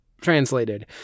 translated